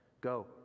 go